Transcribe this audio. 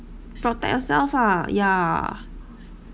protect yourself ah yeah